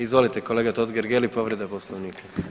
Izvolite, kolega Totgergeli, povreda Poslovnika.